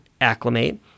acclimate